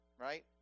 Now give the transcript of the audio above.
right